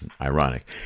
Ironic